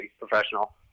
professional